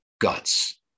guts